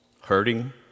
Hurting